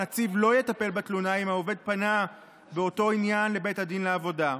הנציב לא יטפל בתלונה אם העובד פנה באותו עניין לבית הדין לעבודה.